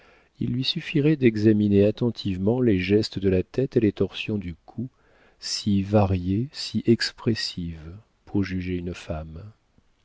il lui suffirait d'examiner attentivement les gestes de la tête et les torsions du cou si variées si expressives pour juger une femme